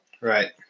Right